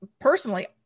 personally